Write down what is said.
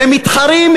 ומתחרים,